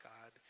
God